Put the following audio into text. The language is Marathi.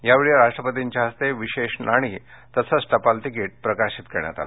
यावेळी राष्ट्रपतींच्या इस्ते विशेष नाणी तसंच टपाल तिकिट प्रकाशित करण्यात आलं